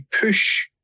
push